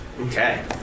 Okay